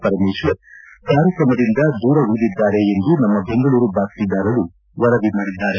ಪರಮೇಶ್ವರ್ ಅವರು ಕಾರ್ಯಕ್ರಮದಿಂದ ದೂರ ಉಳಿದಿದ್ದಾರೆ ಎಂದು ನಮ್ಮ ಬೆಂಗಳೂರು ಬಾತ್ಮೀದಾರರು ವರದಿ ಮಾಡಿದ್ದಾರೆ